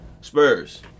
Spurs